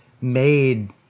made